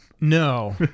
no